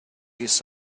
his